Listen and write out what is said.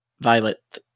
Violet